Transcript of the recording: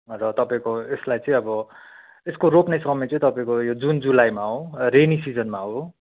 र तपाईँको यसलाई चाहिँ अब यसको रोप्ने समय चाहिँ तपाईँको यो जुन जुलाईमा हो रेनी सिजनमा हो